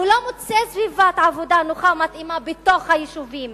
הוא לא מוצא סביבת עבודה נוחה ומתאימה בתוך היישובים